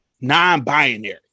non-binary